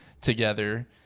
together